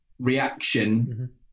reaction